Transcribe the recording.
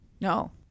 no